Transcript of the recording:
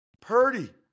Purdy